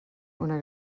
una